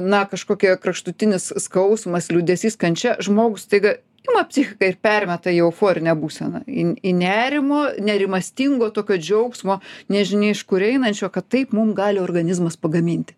na kažkokie kraštutinis skausmas liūdesys kančia žmogų staiga ima psichika ir permeta į euforinę būseną į n į nerimo nerimastingo tokio džiaugsmo nežinia iš kur einančio kad taip mum gali organizmas pagaminti